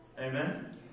Amen